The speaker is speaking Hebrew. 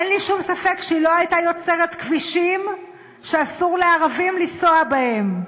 אין לי שום ספק שהיא לא הייתה יוצרת כבישים שאסור לערבים לנסוע בהם,